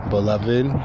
Beloved